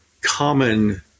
common